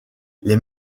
les